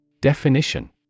Definition